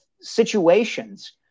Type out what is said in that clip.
situations